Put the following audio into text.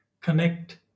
connect